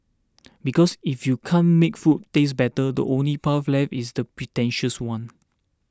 because if you can't make food taste better the only path left is the pretentious one